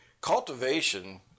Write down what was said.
Cultivation